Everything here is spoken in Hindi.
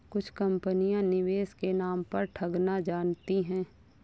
कुछ कंपनियां निवेश के नाम पर ठगना जानती हैं